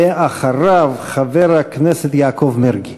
ואחריו, חבר הכנסת יעקב מרגי.